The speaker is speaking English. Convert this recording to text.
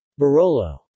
Barolo